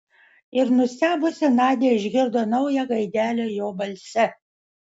ir nustebusi nadia išgirdo naują gaidelę jo balse